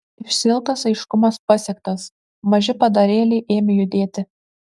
išsiilgtas aiškumas pasiektas maži padarėliai ėmė judėti